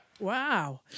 Wow